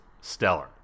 stellar